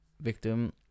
victim